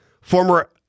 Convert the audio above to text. former